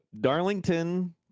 Darlington